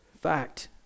fact